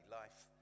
life